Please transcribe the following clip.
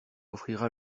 offrira